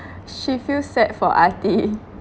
she feel sad for arty